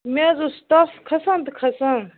مےٚ حظ اوس تَپھ کھسان تہٕ کھسان